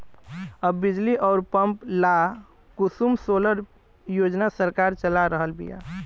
अब बिजली अउर पंप ला कुसुम सोलर योजना सरकार चला रहल बिया